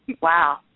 Wow